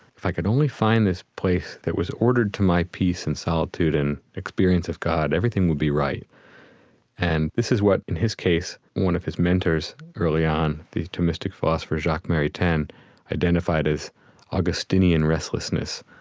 if i could only find this place that was ordered to my peace and solitude and experience of god, everything would be right and this is what, in his case, one of his mentors early on, the thomistic philosopher jacques maritain identified as augustinian restlessness.